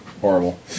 horrible